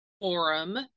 forum